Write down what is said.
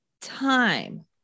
time